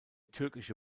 türkische